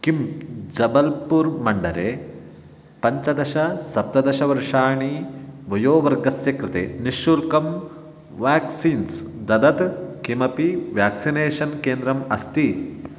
किं जबल्पुर् मण्डले पञ्चदशसप्तदशवर्षाणि वयोवर्गस्य कृते निःशुल्कं व्याक्सीन्स् ददत् किमपि व्याक्सिनेषन् केन्द्रम् अस्ति